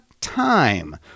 time